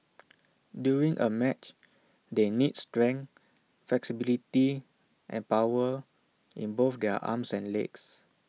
during A match they need strength flexibility and power in both their arms and legs